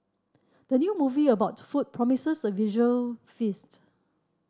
the new movie about food promises a visual feast